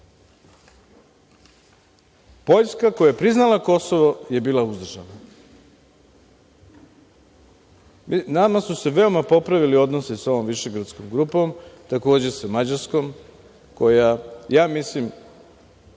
Poljska, koja je priznala Kosovo, je bila uzdržana. Nama su se veoma popravili odnosi sa ovom Višegradskom grupom, takođe sa Mađarskom koja, ja mislim,